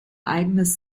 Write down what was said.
eigenes